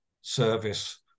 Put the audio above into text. service